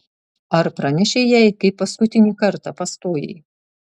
ar pranešei jai kai paskutinį kartą pastojai